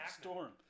Storm